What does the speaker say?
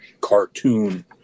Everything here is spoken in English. cartoon